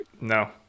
No